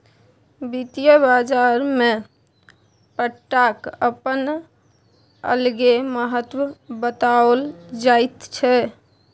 वित्तीय बाजारमे पट्टाक अपन अलगे महत्व बताओल जाइत छै